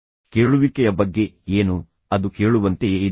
ಕೇಳುವಿಕೆಯ ಬಗ್ಗೆ ಏನು ಅದು ಕೇಳುವಂತೆಯೇ ಇದೆಯೇ